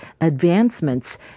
advancements